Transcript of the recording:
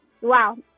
Wow